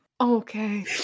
Okay